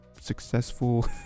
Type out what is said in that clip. successful